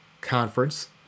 Conference